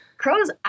Crows